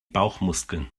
bauchmuskeln